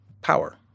power